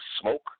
Smoke